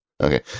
Okay